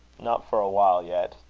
not for a while yet.